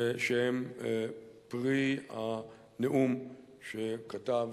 שהם פרי הנאום שכתב